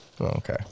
okay